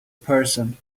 person